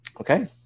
Okay